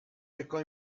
recò